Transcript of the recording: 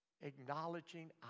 acknowledging